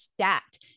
stacked